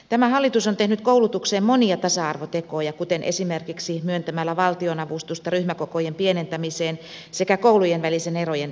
tämä hallitus on tehnyt koulutukseen monia tasa arvotekoja kuten esimerkiksi myöntämällä valtionavustusta ryhmäkokojen pienentämiseen sekä koulujenvälisten erojen tasoittamiseen